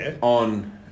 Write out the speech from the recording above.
on